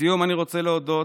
לסיום אני רוצה להודות